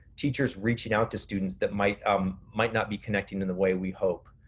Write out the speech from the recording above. teachers reaching out to students that might um might not be connecting in the way we hope,